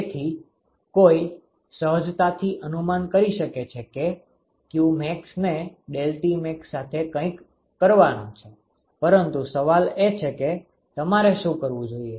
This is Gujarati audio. તેથી કોઈ સહજતાથી અનુમાન કરી શકે છે કે qmax ને ∆Tmax સાથે કંઈક કરવાનું છે પરંતુ સવાલ એ છે કે તમારે શું કરવું જોઈએ